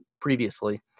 previously